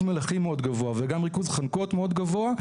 מלחים מאוד גבוה וגם ריכוז חנקות מאוד גבוה,